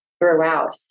throughout